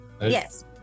Yes